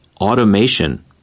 automation